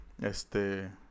este